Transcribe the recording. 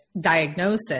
diagnosis